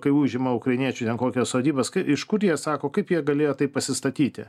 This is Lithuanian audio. kai užima ukrainiečių ten kokias sodybas iš kur jie sako kaip jie galėjo tai pasistatyti